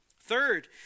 Third